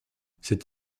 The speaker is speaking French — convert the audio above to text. cette